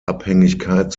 abhängigkeit